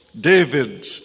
David